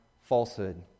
falsehood